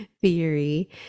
theory